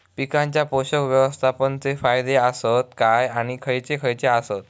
पीकांच्या पोषक व्यवस्थापन चे फायदे आसत काय आणि खैयचे खैयचे आसत?